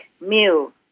meal